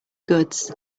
goods